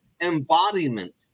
embodiment